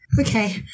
Okay